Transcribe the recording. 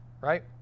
right